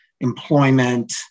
employment